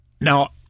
Now